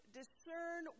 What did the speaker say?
discern